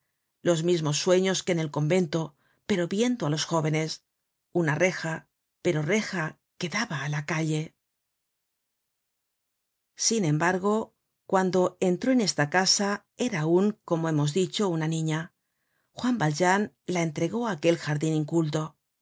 los mismos sueños que en el convento pero viendo á los jóvenes una reja pero reja que daba á la calle sin embargo cuando entró en esta casa era aun como hemos dicho una niña juan valjean la entregó aquel jardin inculto